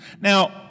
Now